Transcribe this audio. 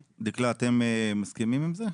דקלה, אתם מסכימים עם זה?